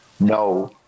No